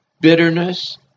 bitterness